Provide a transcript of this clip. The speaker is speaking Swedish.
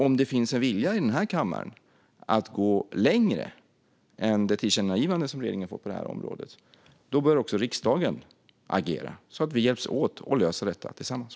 Om det finns en vilja i denna kammare att gå längre än det tillkännagivande som riktats till regeringen på detta område bör också riksdagen agera så att vi hjälps åt och löser detta tillsammans.